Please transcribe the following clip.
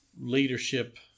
leadership